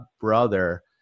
brother